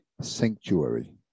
sanctuary